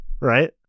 right